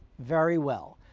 very well.